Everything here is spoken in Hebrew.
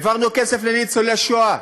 העברנו כסף לניצולי שואה,